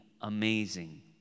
amazing